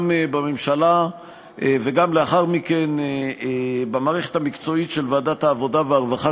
גם בממשלה וגם לאחר מכן במערכת המקצועית של ועדת העבודה והרווחה,